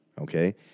Okay